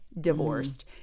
divorced